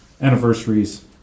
anniversaries